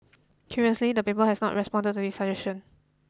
curiously the paper has not responded to this suggestion